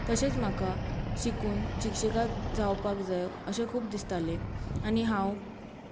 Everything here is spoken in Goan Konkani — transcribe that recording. तशेंच म्हाका शिकून शिक्षिका जावपाक जाय अशें खूब दिसतालें आनी हांव